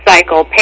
Cycle